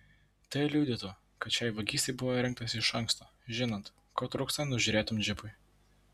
tai liudytų kad šiai vagystei buvo rengtasi iš anksto žinant ko trūksta nužiūrėtam džipui